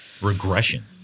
regression